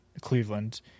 Cleveland